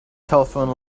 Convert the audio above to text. telephone